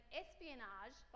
espionage